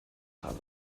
habe